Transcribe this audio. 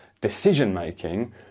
decision-making